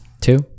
two